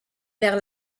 vers